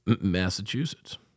Massachusetts